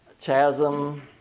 chasm